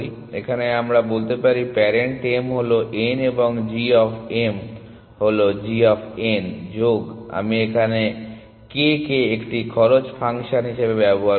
এখানে আমরা বলতে পারি প্যারেন্ট m হল n এবং g অফ m হলো g অফ n যোগ আমি এখানে k কে একটি খরচ ফাংশন হিসাবে ব্যবহার করব